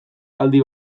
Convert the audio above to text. aldi